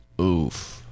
oof